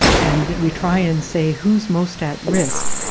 and we try and say who's most at risk,